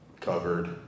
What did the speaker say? covered